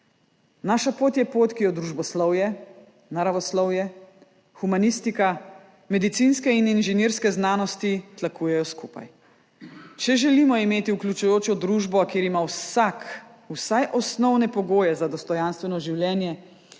Naša pot je pot, ki jo družboslovje, naravoslovje, humanistika, medicinske in inženirske znanosti tlakujejo skupaj. Če želimo imeti vključujočo družbo, kjer ima vsak vsaj osnovne pogoje za dostojanstveno življenje,